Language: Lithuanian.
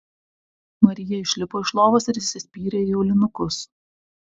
marija išlipo iš lovos ir įsispyrė į aulinukus